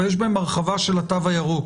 אבל יש בהן הרחבה של התו הירוק,